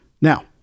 Now